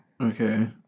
Okay